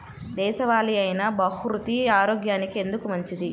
దేశవాలి అయినా బహ్రూతి ఆరోగ్యానికి ఎందుకు మంచిది?